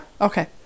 Okay